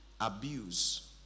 abuse